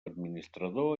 administrador